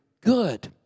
good